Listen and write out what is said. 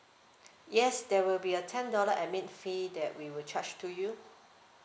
yes there will be a ten dollar admin fee that we will charge to you